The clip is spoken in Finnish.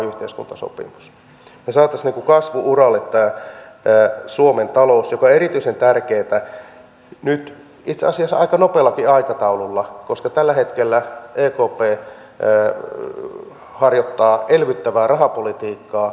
me saisimme kasvu uralle suomen talouden mikä on erityisen tärkeää nyt itse asiassa aika nopeallakin aikataululla koska tällä hetkellä ekp harjoittaa elvyttävää rahapolitiikkaa